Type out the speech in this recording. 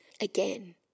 again